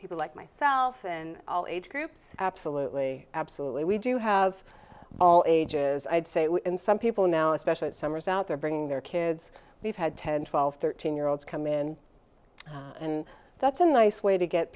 people like myself in all age groups absolutely absolutely we do have all ages i'd say in some people now especially summers out there bringing their kids we've had ten twelve thirteen year olds come in and that's a nice way to get